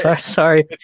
sorry